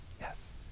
yes